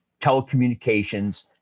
telecommunications